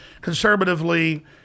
conservatively